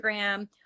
Instagram